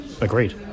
agreed